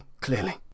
clearly